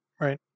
Right